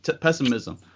pessimism